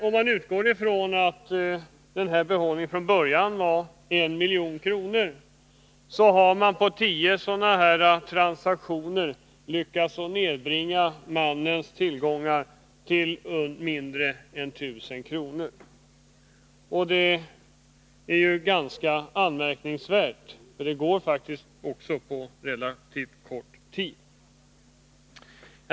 Om behållningen från början var 1 milj.kr. kan man på tio sådana transaktioner nedbringa mannens tillgångar till mindre än 1000 kr. Det är ganska anmärkningsvärt. Det går faktiskt också på relativt kort tid.